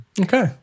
Okay